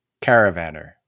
Caravaner